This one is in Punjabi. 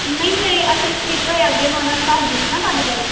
ਨਹੀਂ ਮੇਰੇ ਅਸਿਸਟ ਕੀਤੇ ਹੋਏ ਅੱਗੇ ਮੈਂ ਉਹਨਾਂ ਨੂੰ ਦੱਸ ਦਊਂਗੀ ਨਾ ਤੁਹਾਡੇ ਬਾਰੇ